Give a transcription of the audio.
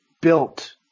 built